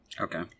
Okay